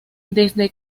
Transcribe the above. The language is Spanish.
desde